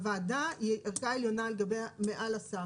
הוועדה היא ערכאה עליונה מעל השר.